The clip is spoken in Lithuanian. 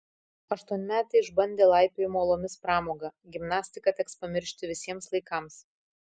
aštuonmetė išbandė laipiojimo uolomis pramogą gimnastiką teks pamiršti visiems laikams